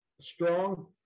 strong